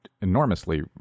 enormously